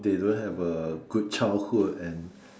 they don't have a good childhood and